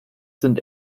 sind